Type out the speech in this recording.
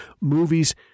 movies